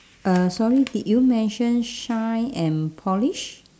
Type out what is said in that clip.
uh sorry did you mention shine and polish